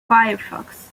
firefox